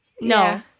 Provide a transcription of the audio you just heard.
No